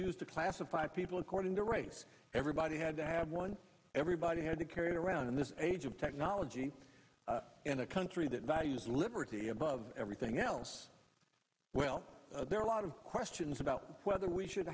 used to classify people according to race everybody had to have one everybody had to carry around in this age of technology in a country that values liberty above everything else well there are a lot of questions about whether we should